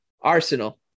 Arsenal